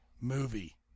movie